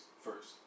first